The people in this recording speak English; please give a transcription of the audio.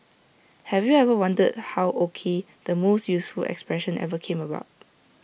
have you ever wondered how O K the most useful expression ever came about